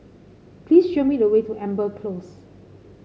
please show me the way to Amber Close